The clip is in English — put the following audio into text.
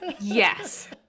Yes